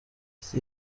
ese